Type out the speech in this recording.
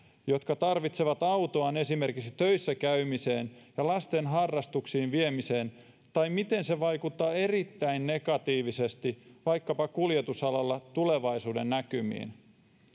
jotka tarvitsevat autoaan esimerkiksi töissä käymiseen ja lasten harrastuksiin viemiseen tai siitä miten se vaikuttaa erittäin negatiivisesti vaikkapa kuljetusalalla tulevaisuudennäkymiin